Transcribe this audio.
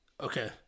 Okay